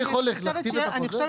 אני יכול להכתיב את החוזה?